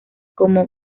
como